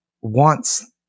wants